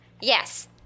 Yes